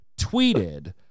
tweeted